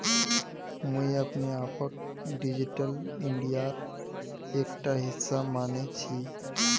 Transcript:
मुई अपने आपक डिजिटल इंडियार एकटा हिस्सा माने छि